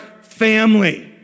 family